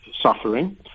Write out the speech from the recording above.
suffering